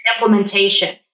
implementation